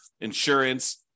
insurance